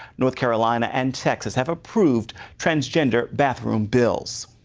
north carolina and texas have approved transgender bathroom bills.